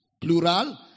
plural